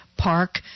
Park